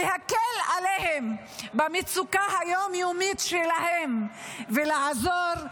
להקל עליהם במצוקה היום-יומית שלהם ולעזור,